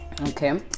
okay